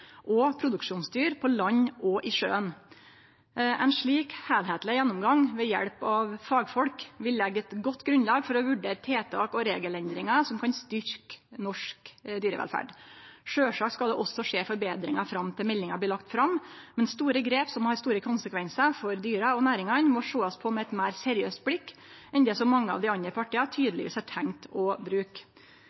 og produksjonsdyr på land og i sjøen. Ein slik heilskapleg gjennomgang ved hjelp av fagfolk vil leggje eit godt grunnlag for å vurdere tiltak og regelendringar som kan styrkje norsk dyrevelferd. Sjølvsagt skal det òg skje forbetringar fram til meldinga vert lagd fram, men store grep, som har store konsekvensar for dyra og næringane, må sjåast på med eit meir seriøst blikk enn det mange av dei andre partia tydelegvis har tenkt å bruke.